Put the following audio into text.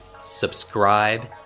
subscribe